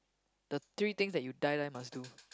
the three things that you die die must do